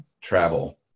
travel